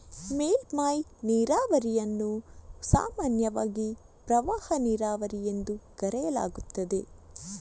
ಮೇಲ್ಮೈ ನೀರಾವರಿಯನ್ನು ಸಾಮಾನ್ಯವಾಗಿ ಪ್ರವಾಹ ನೀರಾವರಿ ಎಂದು ಕರೆಯಲಾಗುತ್ತದೆ